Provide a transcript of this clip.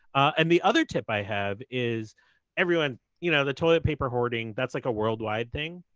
and the other tip i have is everyone you know the toilet paper hoarding, that's like a worldwide thing.